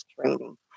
training